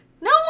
No